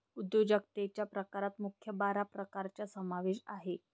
उद्योजकतेच्या प्रकारात मुख्य बारा प्रकारांचा समावेश आहे